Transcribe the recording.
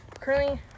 Currently